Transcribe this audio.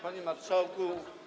Panie Marszałku!